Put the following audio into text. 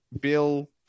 Bill